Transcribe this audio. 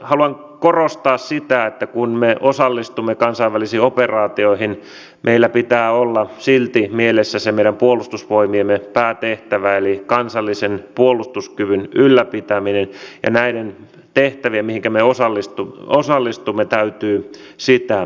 haluan korostaa sitä että kun me osallistumme kansainvälisiin operaatioihin meillä pitää olla silti mielessä se meidän puolustusvoimiemme päätehtävä eli kansallisen puolustuskyvyn ylläpitäminen ja näiden tehtävien mihinkä me osallistumme täytyy sitä tukea